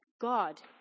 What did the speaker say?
God